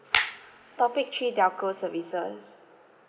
topic three telco services